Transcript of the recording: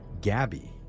Gabby